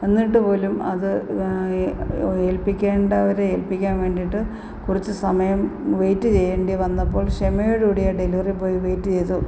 എന്നിട്ട് പോലും അത് ഏൽപ്പിക്കേണ്ടവരെ ഏൽപ്പിക്കാൻ വേണ്ടിയിട്ട് കുറച്ച് സമയം വെയിറ്റ് ചെയ്യേണ്ടി വന്നപ്പോൾ ക്ഷമയോട് കൂടി ആ ഡെലിവറി ബോയ് വെയിറ്റെയ്തു